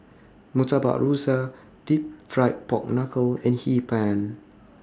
Murtabak Rusa Deep Fried Pork Knuckle and Hee Pan